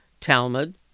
Talmud